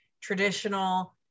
traditional